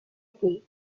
que